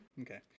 okay